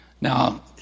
Now